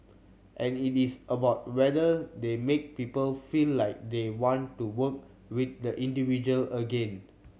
and it is about whether they make people feel like they want to work with the individual again